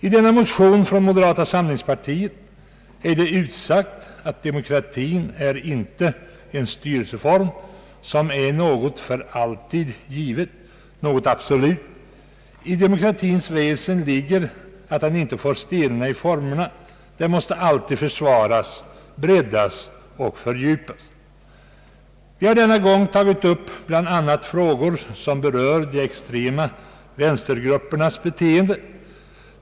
I denna motion från moderata samlingspartiet säger man att demokrati inte är en styrelseform som är något för alltid givet, något »absolut». I demokratins väsen ligger att den inte får stelna i formerna, den måste alltid försvaras, breddas och fördjupas. Vi har denna gång tagit upp bl.a. frågor som berör de extrema vänstergruppernas beteende.